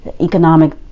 economic